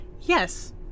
Yes